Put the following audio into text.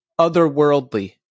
otherworldly